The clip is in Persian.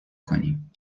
کنیم